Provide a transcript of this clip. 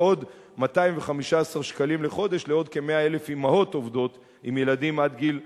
ועוד 215 שקלים לחודש לעוד כ-100,000 אמהות עובדות עם ילדים עד גיל חמש.